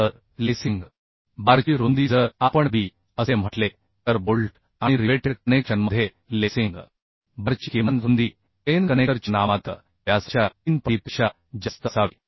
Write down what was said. तर लेसिंग बारची रुंदी जर आपण b असे म्हटले तर बोल्ट आणि रिवेटेड कनेक्शनमध्ये लेसिंग बारची किमान रुंदी एन कनेक्टरच्या नाममात्र व्यासाच्या 3 पटीपेक्षा जास्त असावी